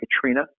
Katrina